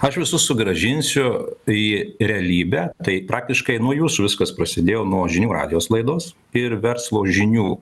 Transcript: aš visus sugrąžinsiu į realybę tai praktiškai nuo jūsų viskas prasidėjo nuo žinių radijos laidos ir verslo žinių